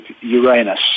Uranus